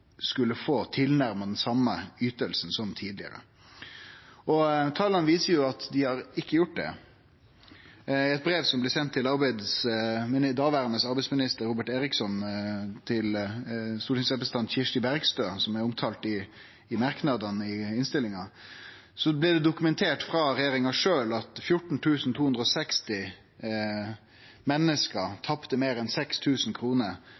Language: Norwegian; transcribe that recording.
skulle få tilnærma den same ytinga som tidlegare. Tala viser at dei ikkje har fått det. I eit brev som blei sendt frå daverande arbeidsminister Robert Eriksson til stortingsrepresentant Kirsti Bergstø, omtalt i merknadene i innstillinga, blir det dokumentert frå regjeringa sjølv at 14 260 menneske